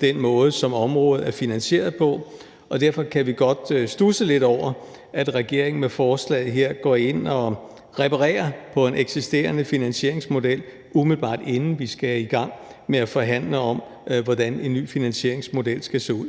den måde, som området er finansieret på, og derfor kan vi godt studse lidt over, at regeringen med forslaget her går ind og reparerer på en eksisterende finansieringsmodel, umiddelbart inden vi skal i gang med at forhandle om, hvordan en ny finansieringsmodel skal se ud.